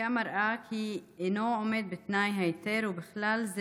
בדיקה מראה כי אינו עומד בתנאי ההיתר, ובכלל זה